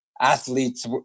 Athletes